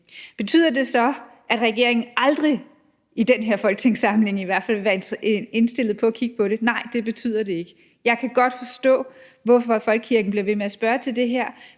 Betyder det så, at regeringen aldrig i den her folketingssamling vil være indstillet på at kigge på det? Nej, det betyder det ikke. Jeg kan godt forstå, hvorfor folkekirken bliver ved med at spørge til det her,